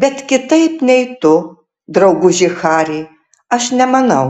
bet kitaip nei tu drauguži hari aš nemanau